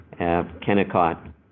Kennecott